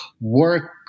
work